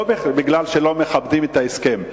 לא כי לא מכבדים את ההסכם,